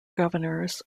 governors